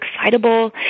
excitable